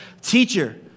teacher